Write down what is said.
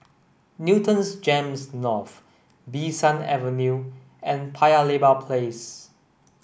Newton GEMS North Bee San Avenue and Paya Lebar Place